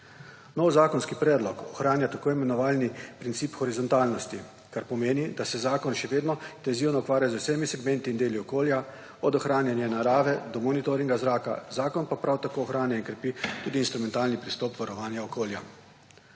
Novi zakonski predlog ohranja tako imenovani princip horizontalnosti, kar pomeni, da se zakon še vedno intenzivno ukvarja z vsemi segmenti in deli okolja, od ohranjanja narave do monitoringa zraka, zakon pa prav tako ohranja in krepi tudi instrumentalni pristop varovanja okolja.